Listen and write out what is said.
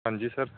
ਹਾਂਜੀ ਸਰ